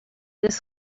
this